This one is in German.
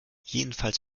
jedenfalls